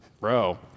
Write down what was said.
Bro